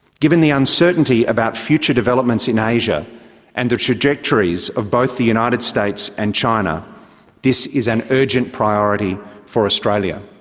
given the uncertainty about future developments in asia and the trajectories of both the united states and china this is an urgent priority for australia.